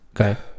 Okay